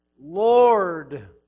Lord